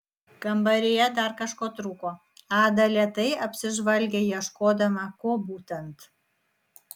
kambaryje dar kažko trūko ada lėtai apsižvalgė ieškodama ko būtent